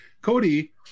cody